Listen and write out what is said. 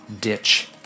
ditch